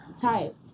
Tight